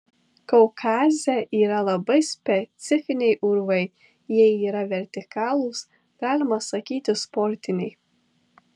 kaukaze yra labai specifiniai urvai jie yra vertikalūs galima sakyti sportiniai